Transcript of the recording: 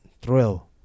thrill